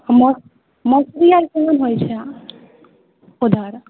मस मसुरी आर केहन होय छै अहाँ उधर